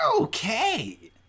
Okay